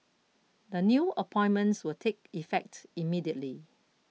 the new appointments will take effect immediately